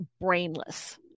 brainless